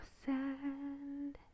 sand